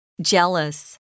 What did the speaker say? Jealous